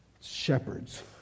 Shepherds